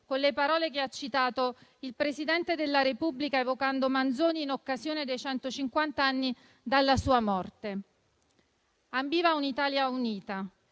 con le parole che ha citato il Presidente della Repubblica evocando Manzoni in occasione dei centocinquant'anni dalla sua morte: «Ambiva a un'Italia unita,